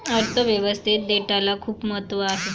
अर्थ व्यवस्थेत डेटाला खूप महत्त्व आहे